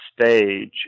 stage